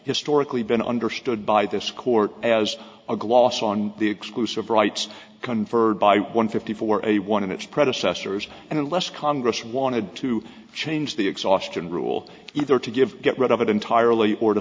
historically been understood by this court as a gloss on the exclusive rights conferred by one fifty for a one in its predecessors and unless congress wanted to change the exhaustion rule either to give get rid of it entirely or to